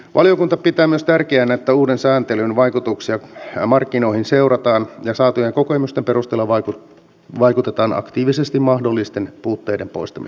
valiokunta pitää myös tärkeänä että uuden sääntelyn vaikutuksia markkinoihin seurataan ja saatujen kokemusten perusteella vaikutetaan aktiivisesti mahdollisten puutteiden poistamiseksi